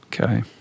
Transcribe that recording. Okay